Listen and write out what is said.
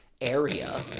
area